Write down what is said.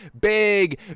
big